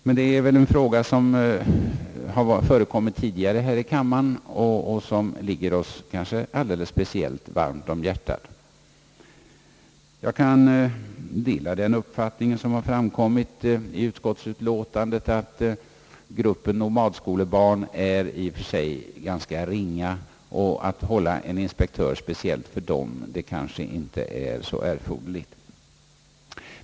Men detta är en fråga som tidigare förekommit i denna kammare och som ligger oss inom högerpartiet speciellt om hjärtat. Jag kan dela den uppfattning som framkommit i utskottsutlåtandet, nämligen att gruppen nomadskolebarn i och för sig är ganska ringa och att det kanske inte vore erforderligt att ha en inspektör speciellt för detta ändamål.